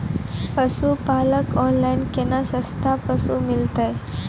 पशुपालक कऽ ऑनलाइन केना सस्ता पसु मिलतै?